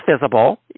visible